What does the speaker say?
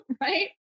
right